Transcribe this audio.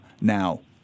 now